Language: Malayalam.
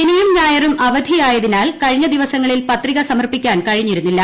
ശനിയും ഞായറും അവധിയായതിനാൽ കഴിഞ്ഞ ദിവസങ്ങളിൽ പത്രിക സമർപ്പിക്കാൻ കഴിഞ്ഞിരുന്നില്ല